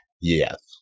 Yes